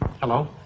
Hello